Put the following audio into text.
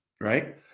Right